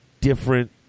different